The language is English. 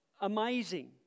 amazing